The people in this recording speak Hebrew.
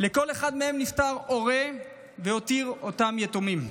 לכל אחד מהם נפטר הורה והותיר אותם יתומים.